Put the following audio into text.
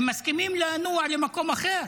הם מסכימים לנוע למקום אחר.